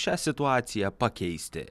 šią situaciją pakeisti